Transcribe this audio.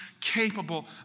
capable